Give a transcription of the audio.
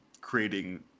creating